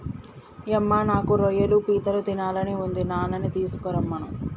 యమ్మ నాకు రొయ్యలు పీతలు తినాలని ఉంది నాన్ననీ తీసుకురమ్మను